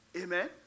Amen